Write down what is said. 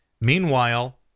Meanwhile